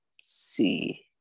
see